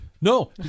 no